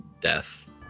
death